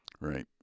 Right